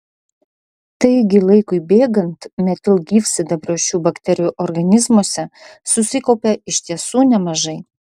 taigi laikui bėgant metilgyvsidabrio šių bakterijų organizmuose susikaupia iš tiesų nemažai